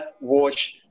watch